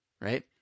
right